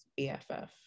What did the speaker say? bff